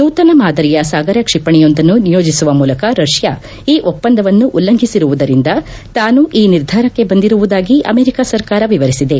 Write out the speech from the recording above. ನೂತನ ಮಾದರಿಯ ಸಾಗರ ಕ್ಷಿಪಣಿಯೊಂದನ್ನು ನಿಯೋಜಿಸುವ ಮೂಲಕ ರಷ್ನಾ ಈ ಒಪ್ಪಂದವನ್ನು ಉಲ್ಲಂಘಿಸಿರುವುದರಿಂದ ತಾನು ಈ ನಿರ್ಧಾರಕ್ಷೆ ಬಂದಿರುವುದಾಗಿ ಅಮೆರಿಕ ಸರ್ಕಾರ ವಿವರಿಸಿದೆ